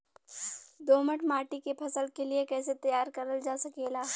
दोमट माटी के फसल के लिए कैसे तैयार करल जा सकेला?